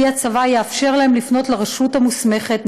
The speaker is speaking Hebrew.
שהצבא יאפשר להם לפנות לרשות המוסמכת,